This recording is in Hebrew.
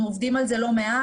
אנחנו עובדים על זה לא מעט,